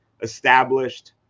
established